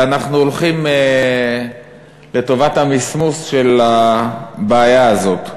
ואנחנו הולכים לטובת המסמוס של הבעיה הזאת.